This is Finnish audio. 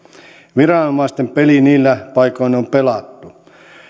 viranomaisten peli niillä paikoin on pelattu